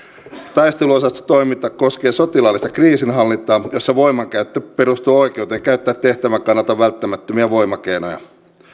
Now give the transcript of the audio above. taisteluosastotoiminta koskee sotilaallista kriisinhallintaa jossa voimankäyttö perustuu oikeuteen käyttää tehtävän kannalta välttämättömiä voimakeinoja